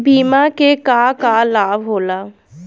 बिमा के का का लाभ होला?